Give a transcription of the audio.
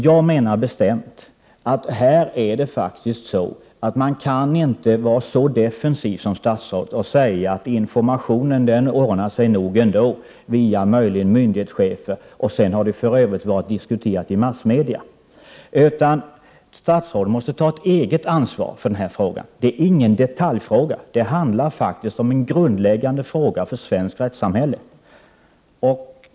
Jag menar bestämt att man inte kan få vara så defensiv som statsrådet är i det här fallet och säga att informationen ordnar sig nog ändå, möjligen via myndighetschefer, och att det för övrigt har diskuterats i massmedia. Statsrådet måste ta ett eget ansvar för denna fråga. Det är ingen detaljfråga. Det handlar faktiskt om en grundläggande fråga för det svenska rättssamhället.